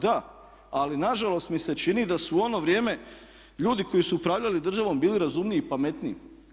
Da, ali nažalost mi se čini da su u ono vrijeme ljudi koji su upravljali državom bili razumniji i pametniji.